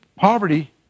Poverty